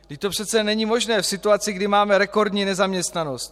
Vždyť to přece není možné v situaci, kdy máme rekordní nezaměstnanost.